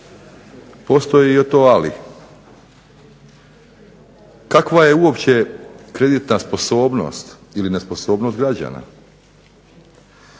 postoji i eto ali, kakva je uopće kreditna sposobnost ili nesposobnost građana?